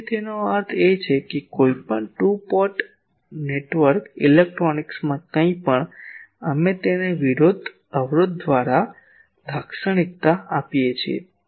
તેથી તેનો અર્થ એ કે કોઈપણ 2 પોર્ટ નેટવર્ક ઇલેક્ટ્રોનિક્સમાં કંઈપણ અમે તેને અવરોધ દ્વારા લાક્ષણિકતા આપીએ છીએ